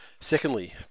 Secondly